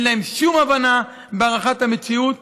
אך אין להם שום הבנה בהערכת המציאות.